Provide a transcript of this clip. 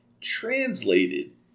translated